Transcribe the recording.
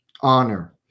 honor